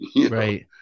Right